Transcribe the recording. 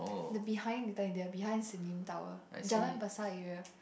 the behind Little India behind Sim Lim tower Jalan Besar area